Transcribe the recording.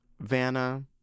Vanna